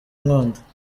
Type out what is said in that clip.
nkunda